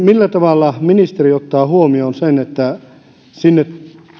millä tavalla ministeri ottaa huomioon sen että sinne